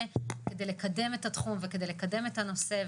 כדי לקדם את התחום וכדי לקדם את הנושא,